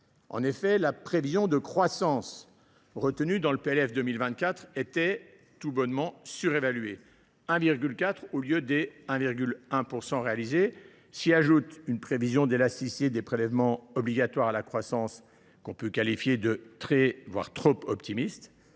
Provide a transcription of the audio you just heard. recettes. La prévision de croissance retenue dans le PLF pour 2024 était tout bonnement surévaluée : 1,4 % au lieu de 1,1 % de croissance réalisée. S’y ajoute une prévision d’élasticité des prélèvements obligatoires à la croissance que l’on peut qualifier de très, voire trop, optimiste